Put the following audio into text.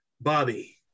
Bobby